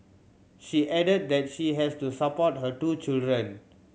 she added that she has to support her two children